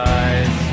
eyes